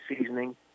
seasoning